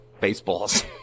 baseballs